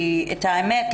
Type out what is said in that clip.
למען האמת,